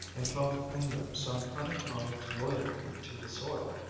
and felt in them some unacknowledged loyalty to the soil,